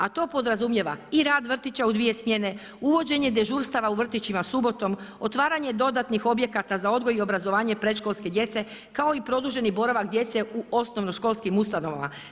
A to podrazumijeva i rad vrtića u dvije smjene, uvođenje dežurstava subotom, otvaranje dodatnog objekata za odgoj i obrazovanje predškolske djece, kao i produženi boravak djece u osnovnoškolskim ustanovama.